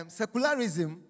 secularism